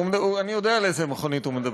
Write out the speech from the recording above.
אני יודע על איזו מכונית הוא מדבר.